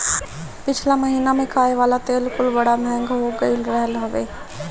पिछला महिना में खाए वाला तेल कुल बड़ा महंग हो गईल रहल हवे